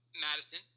Madison –